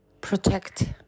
protect